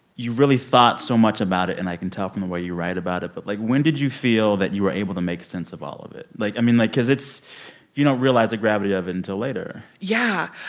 you really thought so much about it. and i can tell from the way you write about it. but, like, when did you feel that you were able to make sense of all of it? like, i mean like, because it's you don't know realize the gravity of until later yeah.